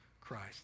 Christ